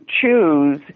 choose